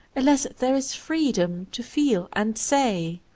unless there is freedom to feel and say.